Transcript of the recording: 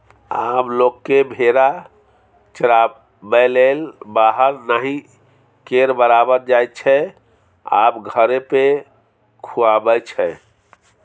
आब लोक भेरा चराबैलेल बाहर नहि केर बराबर जाइत छै आब घरे पर खुआबै छै